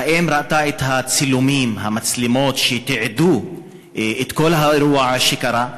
האם היא ראתה את הצילומים שתיעדו את כל האירוע שקרה?